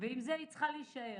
ועם זה היא צריכה להישאר.